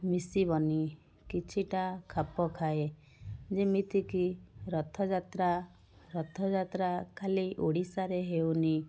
ମିଶିବନି କିଛିଟା ଖାପ ଖାଏ ଯେମିତି କି ରଥଯାତ୍ରା ରଥଯାତ୍ରା ଖାଲି ଓଡ଼ିଶାରେ ହେଉନି